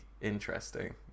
interesting